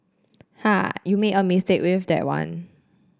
ha you made a mistake with that one